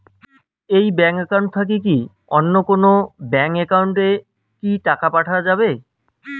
এই bank account থাকি কি অন্য কোনো ব্যাংক একাউন্ট এ কি টাকা পাঠা যাবে?